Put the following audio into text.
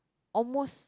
almost